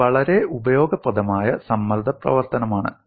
ഇത് വളരെ ഉപയോഗപ്രദമായ സമ്മർദ്ദ പ്രവർത്തനമാണ്